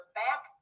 back